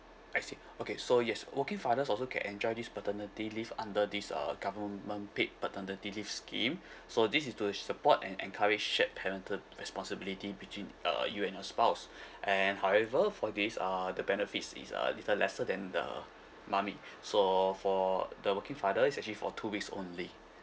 I see okay so yes working fathers also can enjoy this paternity leave under this uh government paid paternity leave scheme so this is to support and encourage shared parental responsibility between uh you and your spouse and however for this uh the benefits is a little lesser than the mummy so for the working father it's actually for two weeks only